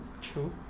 true